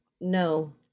no